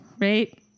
right